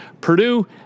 Purdue